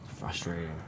Frustrating